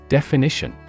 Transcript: Definition